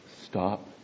Stop